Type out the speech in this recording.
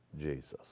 Jesus